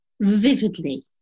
vividly